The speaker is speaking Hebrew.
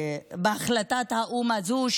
בהחלטת האו"ם הזאת,